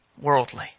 worldly